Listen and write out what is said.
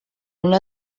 una